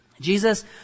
Jesus